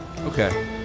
Okay